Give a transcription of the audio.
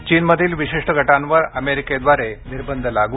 चीनमधील विशिष्ट गटांवर अमेरिकेद्वारे निर्बंध लागू